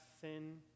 sin